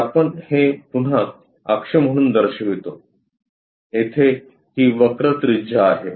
तर आपण हे पुन्हा अक्ष म्हणून दर्शवितो येथे ही वक्र त्रिज्या आहे